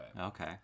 Okay